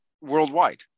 worldwide